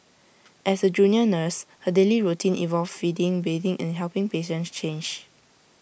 as A junior nurse her daily routine involved feeding bathing and helping patients change